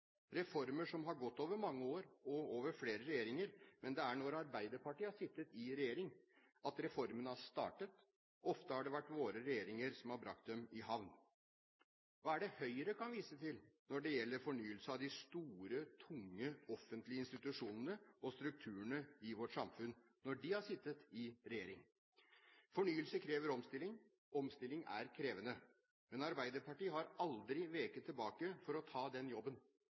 reformer som har gått over mange år og flere regjeringer? Men det er når Arbeiderpartiet har sittet i regjering at reformene har startet. Ofte har det vært våre regjeringer som har bragt dem i havn. Hva er det Høyre kan vise til når det gjelder fornyelse av de store, tunge offentlige institusjonene og strukturene i vårt samfunn når de har sittet i regjering? Fornyelse krever omstilling, omstilling er krevende. Men Arbeiderpartiet har aldri veket tilbake for å ta den jobben,